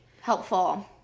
helpful